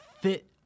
fit